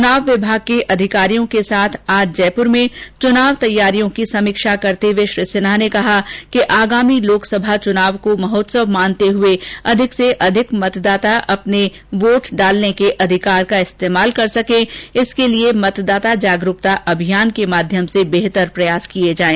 चुनाव विभाग के अधिकारियों के साथ आज जयपूर में चुनाव तैयारियों की समीक्षा करते हुए श्री सिन्हा ँने कहा कि आगामी लोकसभा चुनाव को महोत्सव मानते हुए अधिकाधिक मतदाता अपर्ने मताधिकार का इस्तेमाल कर सके इसके लिए मतदाता जागरुकता अभियान के माध्यम से बेहतर प्रयास किए जाएं